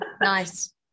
nice